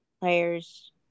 players